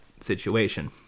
situation